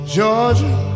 Georgia